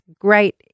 great